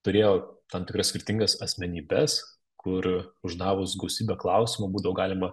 turėjo tam tikras skirtingas asmenybes kur uždavus gausybę klausimų būdavo galima